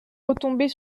retomber